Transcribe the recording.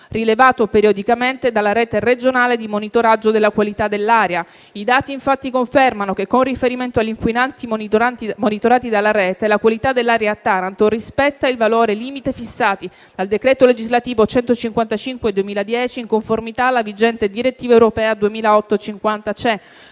rilevato periodicamente dalla rete regionale di monitoraggio della qualità dell'aria. I dati, infatti, confermano che, con riferimento agli inquinanti monitorati dalla rete, la qualità dell'aria a Taranto rispetta i valori limite fissati dal decreto legislativo n. 155 del 2010, in conformità alla vigente direttiva europea 2008/50/CE.